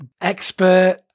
expert